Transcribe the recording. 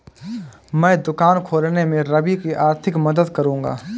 मैं दुकान खोलने में रवि की आर्थिक मदद करूंगा